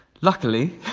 Luckily